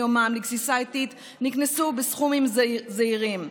יומם לגסיסה איטית נקנסו בסכומים זעירים.